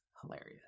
Hilarious